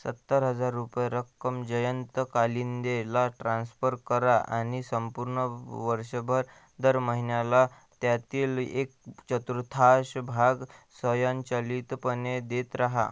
सत्तर हजार रुपये रक्कम जयंत कालिंदेला ट्रान्स्फर करा आणि संपूर्ण वर्षभर दर महिन्याला त्यातील एक चतुर्थांश भाग स्वयंचलितपणे देत राहा